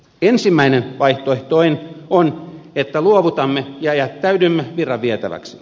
ensimmäinen vaihtoehto on että luovutamme ja jättäydymme virran vietäväksi